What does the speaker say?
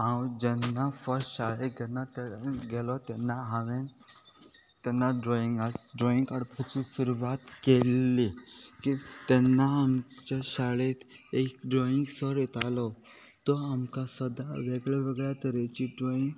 हांव जेन्ना फस्ट शाळेक जेन्ना गेलो तेन्ना हांवेन तेन्ना ड्रॉइंग ड्रॉइंग काडपाची सुरवात केल्ली तेन्ना आमच्या शाळेंत एक ड्रॉइंग सर येतालो तो आमकां सदां वेगळ्या वेगळ्या तरेची ड्रॉईंग